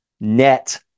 net